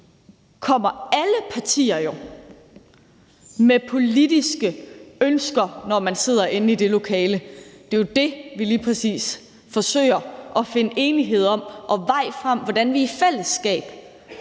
kommer alle partier jo med politiske ønsker, når man sidder inde i det lokale; det er jo det, vi lige præcis forsøger at finde enighed om og vej frem i, altså i forhold